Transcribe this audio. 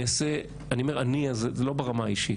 אני אעשה אני אומר "אני", אז לא ברמה האישית.